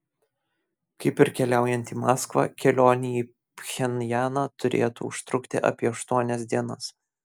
kaip ir keliaujant į maskvą kelionė į pchenjaną turėtų užtrukti apie aštuonias dienas